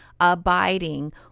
abiding